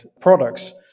products